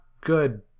good